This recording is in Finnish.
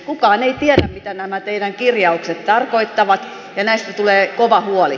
kukaan ei tiedä mitä nämä teidän kirjauksenne tarkoittavat ja näistä tulee kova huoli